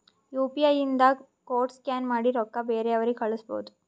you P I ಇಂದ code scan ಮಾಡಿ ರೊಕ್ಕಾ ಬೇರೆಯವ್ರಿಗಿ ಕಳುಸ್ಬೋದ್